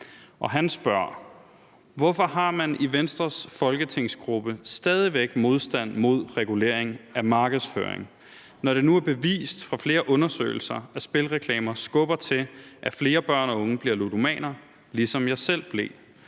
og han spørger: Hvorfor har man i Venstres folketingsgruppe stadig væk modstand mod regulering af markedsføring, når det nu er bevist fra flere undersøgelser, at spilreklamer skubber til, at flere børn og unge bliver ludomaner, ligesom jeg selv blev